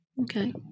Okay